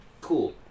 Cool